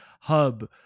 hub